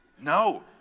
No